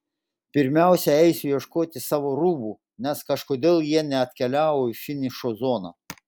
pirmiausia eisiu ieškoti savo rūbų nes kažkodėl jie neatkeliavo į finišo zoną